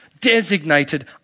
designated